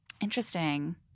interesting